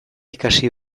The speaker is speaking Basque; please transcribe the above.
ikasi